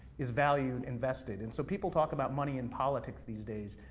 is valued and vested. and so people talk about money in politics these days,